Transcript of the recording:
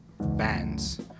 bands